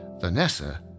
Vanessa